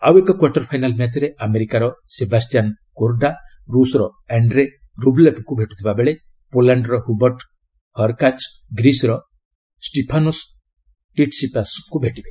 ଆଉ ଏକ quarter final ମ୍ୟାଚ୍ରେ ଆମେରିକାର ସେବାଷ୍ଟିଆନ୍ କୋରଡା ରୁଷର ଆଣ୍ଟ୍ରେ ରୁବ୍ଲେବ୍ଙ୍କୁ ଭେଟୁଥିବା ବେଳେ ପୋଲାଣ୍ଡର ହୁବର୍ଟ୍ ହର୍କାଜ୍ ଗ୍ରୀସ୍ର ଷ୍ଟିଫାନୋସ୍ ଟିଟ୍ସିପାସ୍ଙ୍କୁ ଭେଟିବେ